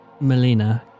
Melina